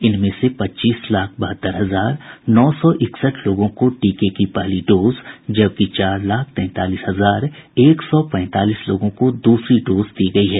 इनमें से पच्चीस लाख बहत्तर हजार नौ सौ इकसठ लोगों को टीके की पहली डोज जबकि चार लाख तैंतालीस हजार एक सौ पैंतालीस लोगों को द्रसरी डोज दी गयी है